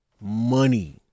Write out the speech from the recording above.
money